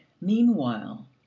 meanwhile